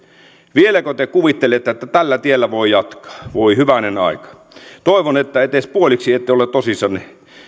vieläkö te kuvittelette että tällä tiellä voi jatkaa voi hyvänen aika toivon että edes puoliksi ette ole tosissanne